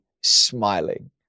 smiling